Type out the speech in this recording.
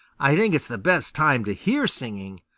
i think it's the best time to hear singing,